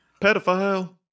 Pedophile